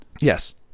Yes